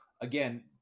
again